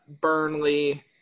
Burnley